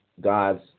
God's